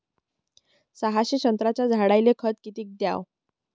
सहाशे संत्र्याच्या झाडायले खत किती घ्याव?